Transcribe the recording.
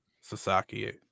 Sasaki